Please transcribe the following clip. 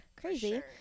crazy